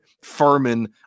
Furman